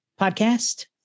podcast